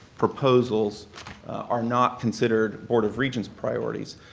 proposals are not considered board of regents priorities.